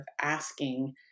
asking